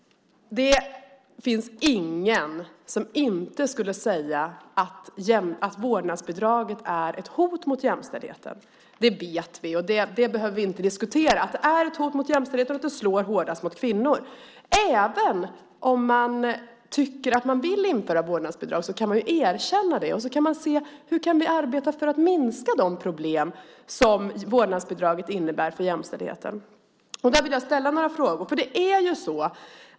Det finns inte någon som inte skulle säga att vårdnadsbidraget är ett hot mot jämställdheten. Vi vet att det är ett hot mot jämställdheten och att det slår hårdast mot kvinnor. Det behöver vi inte diskutera. Även om man vill införa vårdnadsbidrag kan man erkänna det och se till: Hur kan vi arbeta för att minska de problem vårdnadsbidraget innebär för jämställdheten? Där vill jag ställa några frågor.